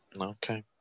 Okay